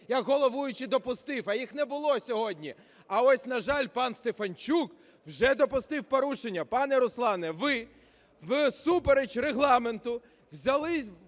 як головуючий допустив, а їх не було сьогодні. А ось, на жаль, пан Стефанчук вже допустив порушення. Пане Руслане, ви всупереч Регламенту взялись